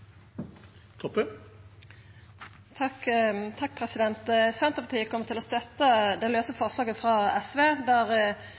Senterpartiet kjem til å støtta det lause